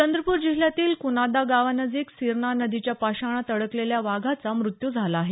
चंद्रपूर जिल्ह्यातील कुनादा गावानजिक सिरना नदीच्या पाषाणात अडकलेल्या वाघाचा मृत्यू झाला आहे